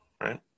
right